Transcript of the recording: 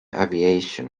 aviation